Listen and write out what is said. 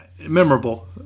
memorable